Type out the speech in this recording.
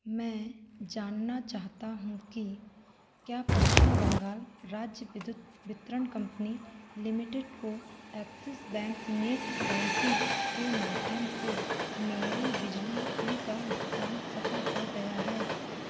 मैं जानना चाहता हूँ कि क्या पश्चिम बंगाल राज्य विद्युत वितरण कम्पनी लिमिटेड को एक्सिस बैंक नेट बैंकिन्ग के माध्यम से मेरे बिजली बिल का भुगतान सफल हो गया है